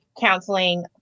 counseling